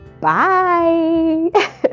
bye